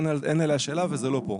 אין עליה שאלה וזה לא כאן.